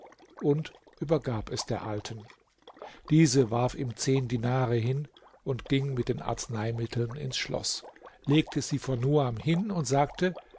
und übergab es der alten diese warf ihm zehn dinare zu und ging mit den arzneimitteln ins schloß legte sie vor nuam hin und sagte